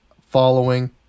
following